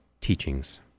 teachings